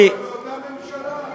זו אותה ממשלה,